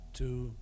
two